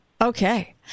Okay